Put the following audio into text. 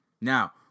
Now